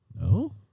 No